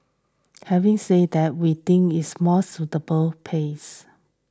having said that we think is a more sustainable pace